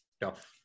tough